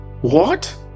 What